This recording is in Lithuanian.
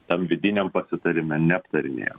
tam vidiniam pasitarime neaptarinėjam